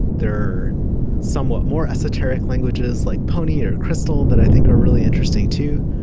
they're somewhat more esoteric languages, like pony, and or crystal that i think are really interesting too.